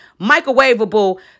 microwavable